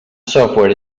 software